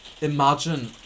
imagine